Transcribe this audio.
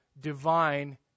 divine